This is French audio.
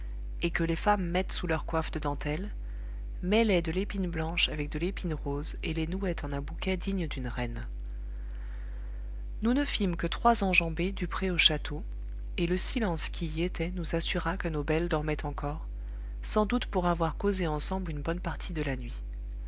et que les femmes mettent sous leurs coiffes de dentelle mêlait de l'épine blanche avec de l'épine rose et les nouait en un bouquet digne d'une reine nous ne fîmes que trois enjambées du pré au château et le silence qui y était nous assura que nos belles dormaient encore sans doute pour avoir causé ensemble une bonne partie de la nuit